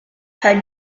her